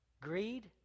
Greed